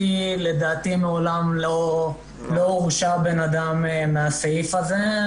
לדעתי מעולם לא הורשע בן אדם בסעיף הזה.